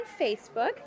Facebook